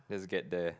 let's get there